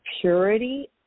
Purity